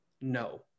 No